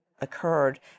occurred